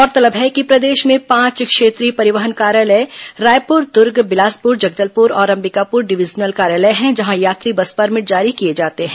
गौरतलब है कि प्रदेश में पांच क्षेत्रीय परिवहन कार्यालय रायपुर दुर्ग बिलासपुर जगदलपुर और अंबिकापुर डिवीजनल कार्यालय है जहां यात्री बस परमिट जारी किए जाते हैं